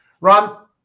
ron